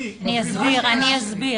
אני אסביר.